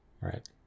right